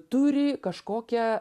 turi kažkokią